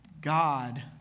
God